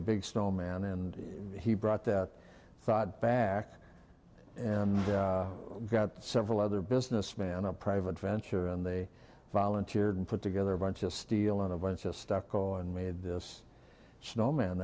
a big snowman and he brought that thought back and got several other business man a private venture and they volunteered put together a bunch of steel and a bunch of stucco and made this snowman